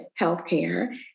healthcare